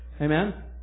Amen